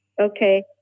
Okay